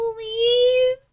please